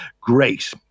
Great